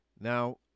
Now